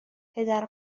پدر